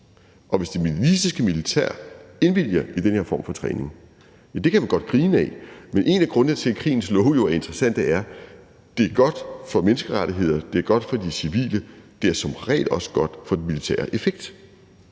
om, at det maliske militær indvilliger i den her form for træning. Det kan man godt grine ad, men en af grundene til, at krigens love jo er interessante, er, at det er godt for menneskerettigheder, det er godt for de civile, og det er som regel også godt for den militære effekt.